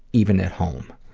even at home.